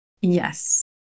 yes